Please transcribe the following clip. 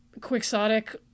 quixotic